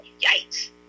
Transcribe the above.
yikes